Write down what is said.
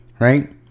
right